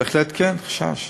בהחלט כן, חשש,